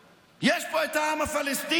יש פה את העם הפלסטיני,